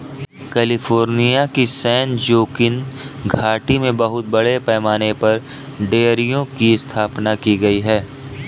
California की San Joaquin घाटी में बहुत बड़े पैमाने पर कई डेयरियों की स्थापना की गई है